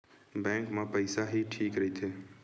Bank मा पईसा ह ठीक राइथे?